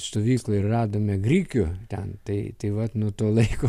stovykloj radome grikių ten tai tai vat nuo to laiko